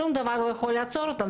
שום דבר לא יכול לעצור אותם.